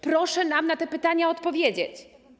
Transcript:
Proszę nam na te pytania odpowiedzieć.